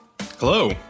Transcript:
Hello